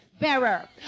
bearer